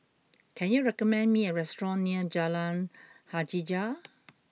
can you recommend me a restaurant near Jalan Hajijah